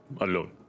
alone